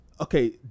Okay